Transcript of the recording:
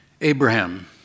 Abraham